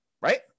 right